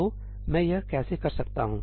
तो मैं यह कैसे कर सकता हूं